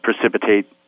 precipitate